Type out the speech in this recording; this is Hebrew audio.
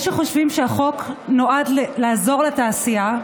יש שחושבים שהחוק נועד לעזור לתעשייה,